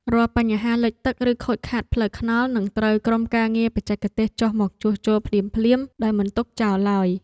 រាល់បញ្ហាលិចទឹកឬខូចខាតផ្លូវថ្នល់នឹងត្រូវក្រុមការងារបច្ចេកទេសចុះមកជួសជុលភ្លាមៗដោយមិនទុកចោលឡើយ។